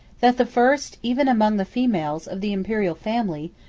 that the first, even among the females, of the imperial family,